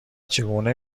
چگونه